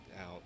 out